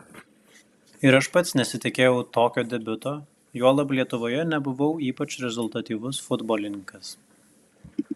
ir aš pats nesitikėjau tokio debiuto juolab lietuvoje nebuvau ypač rezultatyvus futbolininkas